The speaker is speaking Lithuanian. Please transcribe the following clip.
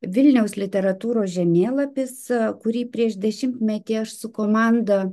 vilniaus literatūros žemėlapis kurį prieš dešimtmetį aš su komanda